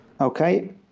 Okay